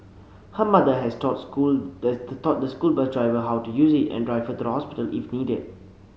her mother has taught school that taught the school bus driver how to use it and drive her to the hospital if needed